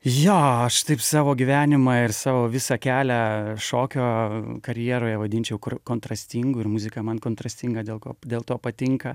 jo aš taip savo gyvenimą ir savo visą kelią šokio karjeroje vadinčiau kontrastingu ir muzika man kontrastinga dėl ko dėl to patinka